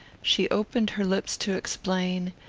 she opened her lips to explain,